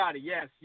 yes